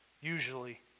usually